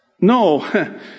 No